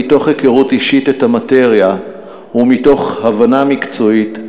מתוך היכרות אישית של המאטריה ומתוך הבנה מקצועית,